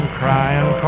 crying